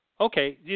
Okay